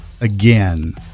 again